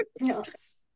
Yes